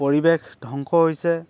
পৰিৱেশ ধ্বংস হৈছে